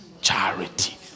Charity